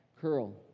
curl